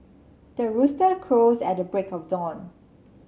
the rooster crows at the break of dawn